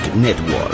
Network